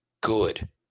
good